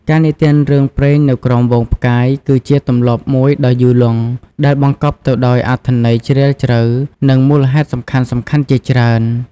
ការនិទានរឿងព្រេងនៅក្រោមហ្វូងផ្កាយ គឺជាទម្លាប់មួយដ៏យូរលង់ ដែលបង្កប់ទៅដោយអត្ថន័យជ្រាលជ្រៅ និងមូលហេតុសំខាន់ៗជាច្រើន ។